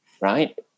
right